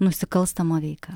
nusikalstama veika